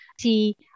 see